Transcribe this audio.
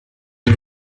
ils